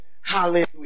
Hallelujah